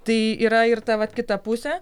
tai yra ir ta vat kita pusė